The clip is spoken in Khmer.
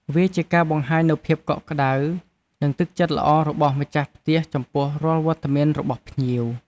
វាជាការបង្ហាញនូវភាពកក់ក្ដៅ និងទឹកចិត្តល្អរបស់ម្ចាស់ផ្ទះចំពោះរាល់វត្តមានរបស់ភ្ញៀវ។